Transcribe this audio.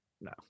No